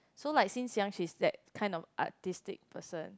so like since young she's that kind of artistic person